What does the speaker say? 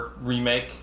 remake